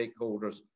stakeholders